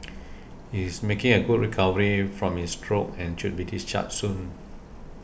he is making good recovery from his stroke and should be discharged soon